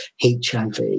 HIV